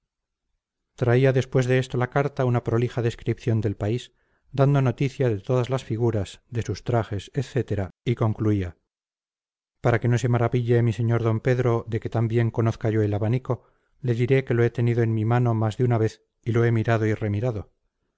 traía después de esto la carta una prolija descripción del país dando noticia de todas las figuras de sus trajes etc y concluía para que no se maraville mi sr d pedro de que tan bien conozca yo el abanico le diré que lo he tenido en mi mano más de una vez y lo he mirado y remirado